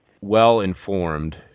well-informed